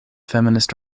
feminist